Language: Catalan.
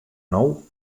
nou